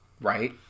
Right